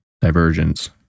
divergence